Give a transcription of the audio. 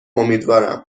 امیدوارم